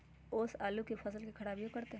ओस आलू के फसल के खराबियों करतै?